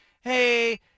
hey